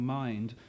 mind